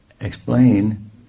explain